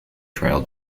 trail